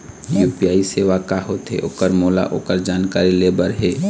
UPI सेवा का होथे ओकर मोला ओकर जानकारी ले बर हे?